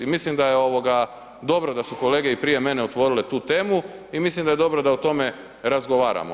I mislim da je ovoga dobro da su kolege i prije mene otvorile tu temu i mislim da je dobro da o tome razgovaramo.